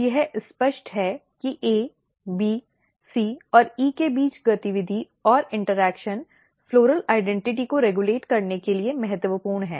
तो यह स्पष्ट है कि A B C और E के बीच गतिविधि और इंटरेक्शन पुष्प पहचान को रेगुलेट करने के लिए महत्वपूर्ण है